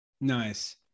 Nice